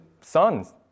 sons